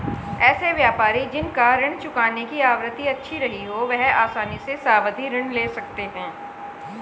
ऐसे व्यापारी जिन का ऋण चुकाने की आवृत्ति अच्छी रही हो वह आसानी से सावधि ऋण ले सकते हैं